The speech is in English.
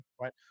right